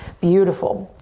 beautiful.